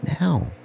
now